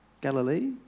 Galilee